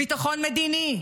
ביטחון מדיני.